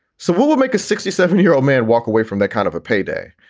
so what would make a sixty seven year old man walk away from that kind of a payday?